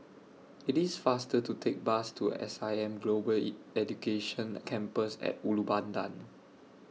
IT IS faster to Take Bus to S I M Global Education Campus At Ulu Pandan